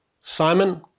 Simon